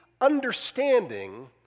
understanding